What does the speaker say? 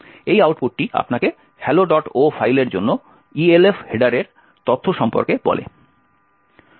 এই আউটপুটটি আপনাকে helloo ফাইলের জন্য ELF হেডারের তথ্য সম্পর্কে বলে